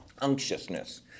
unctuousness